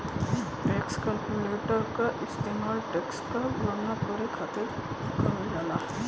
tax calculator क इस्तेमाल tax क गणना करे खातिर करल जाला